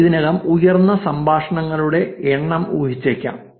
നിങ്ങൾ ഇതിനകം ഉയർന്ന സംഭാഷണങ്ങളുടെ എണ്ണം ഊഹിച്ചേക്കാം